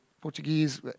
Portuguese